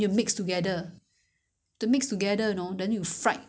from internet ah 你自己去看 lor 那个